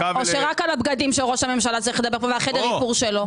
או שרק על הבגדים של ראש הממשלה צריך לדבר פה וחדר האיפור שלו?